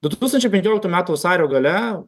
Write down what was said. du tūkstančiai penkioliktų metų vasario gale